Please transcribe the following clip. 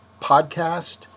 podcast